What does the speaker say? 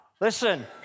Listen